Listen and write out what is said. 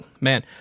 man